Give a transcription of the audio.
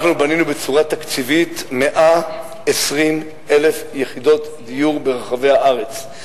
אנחנו בנינו בצורה תקציבית 120,000 יחידות דיור ברחבי הארץ.